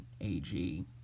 ag